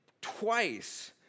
twice